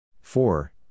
four